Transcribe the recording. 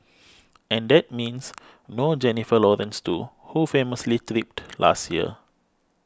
and that means no Jennifer Lawrence too who famously tripped last year